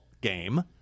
game